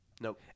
No